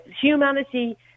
Humanity